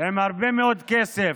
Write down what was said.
עם הרבה מאוד כסף,